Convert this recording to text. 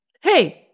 hey